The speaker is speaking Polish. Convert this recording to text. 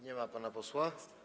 Nie ma pana posła?